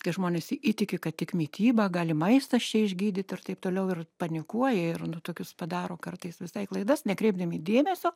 kai žmonės įtiki kad tik mityba gali maistas čia išgydyt ir taip toliau ir panikuoja ir nu tokius padaro kartais visai klaidas nekreipdami dėmesio